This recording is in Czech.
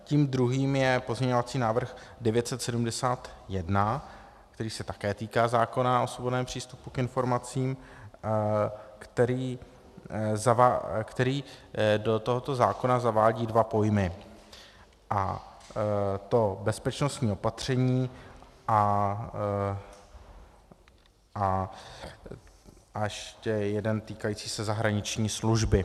Tím druhým je pozměňovací návrh 971, který se také týká zákona o svobodném přístupu k informacím, který do tohoto zákona zavádí dva pojmy, a to bezpečnostní opatření a ještě jeden týkající se zahraniční služby.